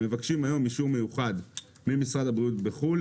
הם מבקשים היום אישור מיוחד ממשרד הבריאות בחו"ל,